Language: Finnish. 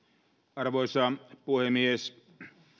arvoisa puhemies